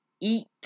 eat